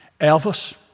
Elvis